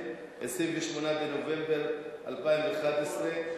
28 בנובמבר 2011,